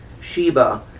Sheba